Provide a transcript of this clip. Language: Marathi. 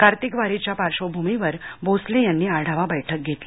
कार्तिक वारीच्या पार्श्वभूमीवर भोसले यांनी आढावा बैठक घेतली